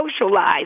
socialize